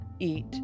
Eat